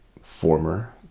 former